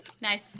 Nice